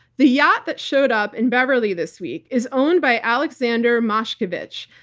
the yacht that showed up in beverley this week is owned by alexander mashkevich,